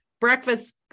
breakfast